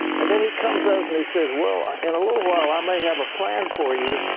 and then he comes out, and he says, well, in a little while i may have a plan for you.